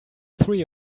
three